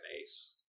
ace